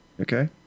Okay